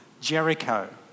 Jericho